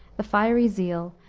the fiery zeal,